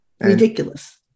Ridiculous